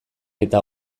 eta